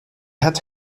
had